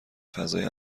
فضای